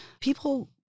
people